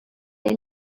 der